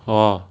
oh